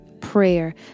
prayer